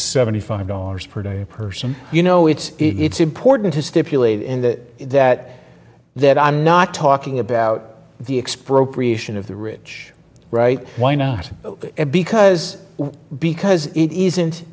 seventy five dollars per person you know it's it's important to stipulate in that that that i'm not talking about the expropriation of the rich right why not because because it isn't